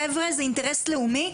חבר'ה זה אינטרס לאומי,